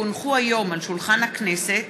כי הונחו היום על שולחן הכנסת,